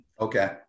Okay